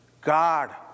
God